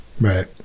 Right